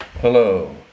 Hello